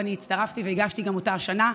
ואני הצטרפתי וגם הגשתי אותה השנה,